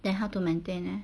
then how to maintain leh